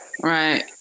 Right